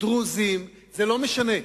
ודרוזים, זה לא משנה,